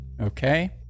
okay